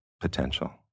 potential